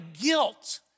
guilt